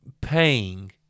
paying